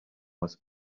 was